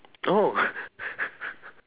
oh